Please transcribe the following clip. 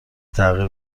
تغییر